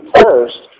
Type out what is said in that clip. first